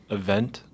event